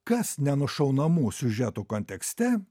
kas nenušaunamų siužetų kontekste